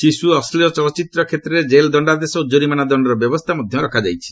ଶିଶୁ ଅଶ୍ଳିଳ ଚଳଚ୍ଚିତ୍ର କ୍ଷେତ୍ରରେ କେଲ୍ ଦକ୍ଷାଦେଶ ଓ କୋରିମାନା ଦଶ୍ଚର ବ୍ୟବସ୍ଥା ମଧ୍ୟ ରଖାଯାଇଛି